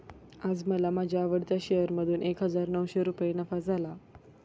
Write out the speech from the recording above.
आज मला माझ्या आवडत्या शेअर मधून एक हजार नऊशे रुपये नफा झाला